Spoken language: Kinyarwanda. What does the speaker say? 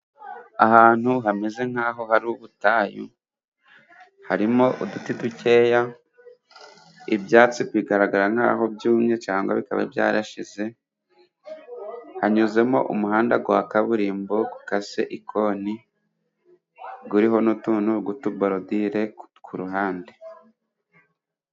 Ahantu hameze nkahari ubutayu harimo uduti dukeya, ibyatsi bigaragara nkaho byumye cyangwa bikaba byarashize, hanyuzemo umuhanda wa kaburimbo ukase ikoni uriho utuntu twa borodire kuruhande.